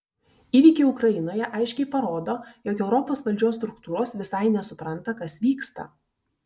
įvykiai ukrainoje aiškiai parodo jog europos valdžios struktūros visai nesupranta kas vyksta